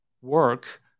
work